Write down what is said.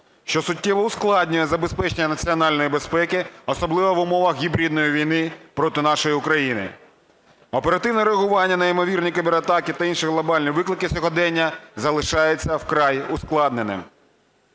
що суттєво ускладнює забезпечення національної безпеки, особливо в умовах гібридної війни проти нашої України. Оперативне реагування на ймовірні кібератаки та інші глобальні виклики сьогодення залишається вкрай ускладненим.